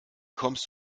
kommst